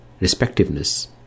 respectiveness